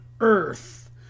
earth